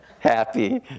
happy